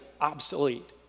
obsolete